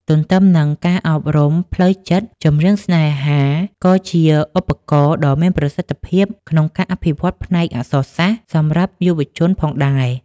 ទន្ទឹមនឹងការអប់រំផ្លូវចិត្ត ចម្រៀងស្នេហា ក៏ជាឧបករណ៍ដ៏មានប្រសិទ្ធភាពក្នុងការអភិវឌ្ឍផ្នែកអក្សរសាស្ត្រសម្រាប់យុវជនផងដែរ។